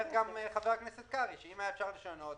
שמי שהיום חייב את הכסף ואת החיסכון טווח בינוני שלו,